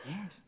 Yes